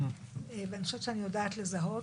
ואני חושבת שאני יודעת לזהות,